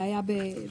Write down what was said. זה היה ב-(ו).